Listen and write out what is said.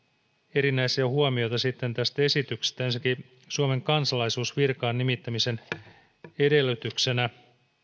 erinäisiä huomioita tästä esityksestä ensinnäkin suomen kansalaisuus virkaan nimittämisen edellytyksenä